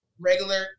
regular